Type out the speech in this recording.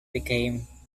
became